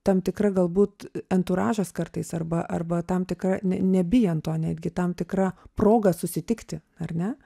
tam tikra galbūt anturažas kartais arba arba tam tikra ne nebijant to netgi tam tikra proga susitikti ar ne